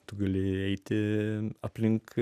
tu gali eiti aplink